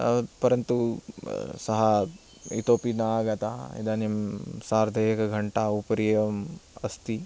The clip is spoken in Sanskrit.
परन्तु सः इतोपि न आगतः इदानीं सार्ध एकघण्टा उपरि एवम् अस्ति